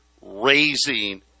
raising